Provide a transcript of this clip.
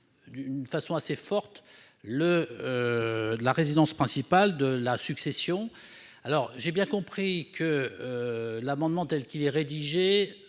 d'exonérer assez fortement la résidence principale de la succession. J'ai bien compris que l'amendement, tel qu'il est rédigé,